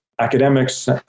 academics